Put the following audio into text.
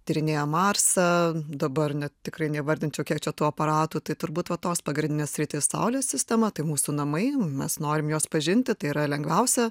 tyrinėja marsą dabar net tikrai neįvardinčiau kiek čia tų aparatų tai turbūt va tos pagrindinės sritys saulės sistema tai mūsų namai mes norim juos pažinti tai yra lengviausia